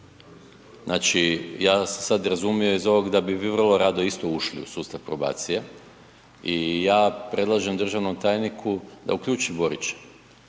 znači ja sam sad razumio iz ovog da bi vi vrlo rado isto ušli u sustav probacije i ja predlažem državnom tajniku da uključi Borića